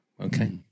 okay